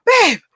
babe